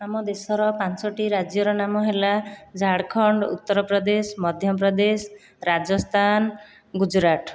ଆମ ଦେଶର ପାଞ୍ଚୋଟି ରାଜ୍ୟ ର ନାମ ହେଲା ଝାଡ଼ଖଣ୍ଡ ଉତ୍ତରପ୍ରଦେଶ ମଧ୍ୟପ୍ରଦେଶ ରାଜସ୍ଥାନ ଗୁଜୁରାଟ